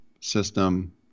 system